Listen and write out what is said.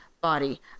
body